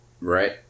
right